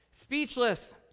Speechless